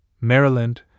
Maryland